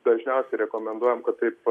dažniausiai rekomenduojam kad taip